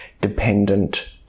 dependent